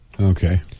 Okay